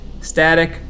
static